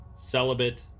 celibate